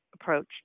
approach